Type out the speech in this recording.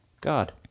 God